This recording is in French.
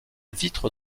vitre